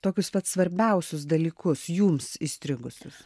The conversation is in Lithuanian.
tokius vat svarbiausius dalykus jums įstrigusius